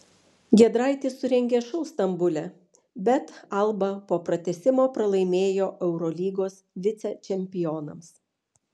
giedraitis surengė šou stambule bet alba po pratęsimo pralaimėjo eurolygos vicečempionams